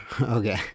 Okay